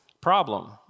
problem